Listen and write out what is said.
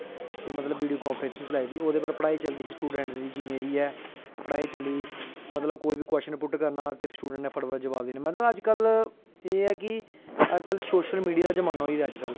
कि मतलव video conferencing चलाई दी ही ओह्दे पर चलदी ही स्टूडैंट दी जिन्नी बी ऐ पढ़ाई चली दी मतलव कोई बी कव्शन पुट्ट करनां ते फटाफट जवाव देना मतलव अज्ज कल एह् ऐ कि अज्ज कल सोशल मीडिया जादा जमाना होई दा अज्ज कल